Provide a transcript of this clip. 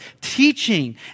teaching